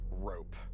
rope